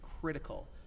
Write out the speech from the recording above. critical